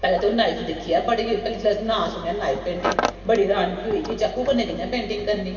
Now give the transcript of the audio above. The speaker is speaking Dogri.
अजें ते ओह् नाइफ दिक्खेआ बड़ी पैह्लें जिल्लै नांऽ सुनेआ नाइफ पेंटिंग बड़ी र्हानगी होई कि चाकू कन्नै कि'यां पेंटिंग करनी